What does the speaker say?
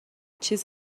چیز